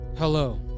Hello